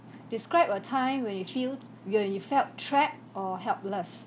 describe a time when you feel when you felt trapped or helpless